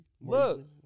Look